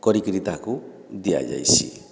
କରିକିରି ତାହାକୁ ଦିଆଯାଇସି